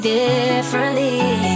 differently